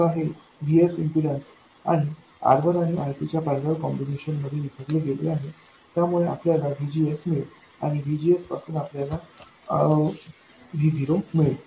आता हे VS impedance आणि R1आणिR2च्या पैरलेल कॉम्बिनेशन मध्ये विभागले गेले आहे त्यामुळे आपल्याला VGSमिळेल आणि VGSपासून आपल्याला V0 मिळेल